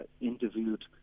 interviewed